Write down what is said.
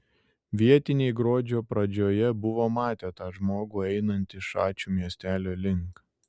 vietiniai gruodžio pradžioje buvo matę tą žmogų einantį šačių miestelio link